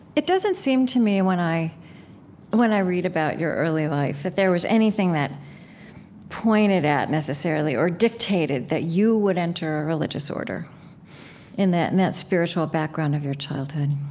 it doesn't seem to me when i when i read about your early life that there was anything that pointed at, necessarily, or dictated that you would enter a religious order in that and that spiritual background of your childhood